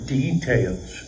details